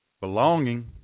Belonging